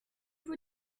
vous